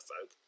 folk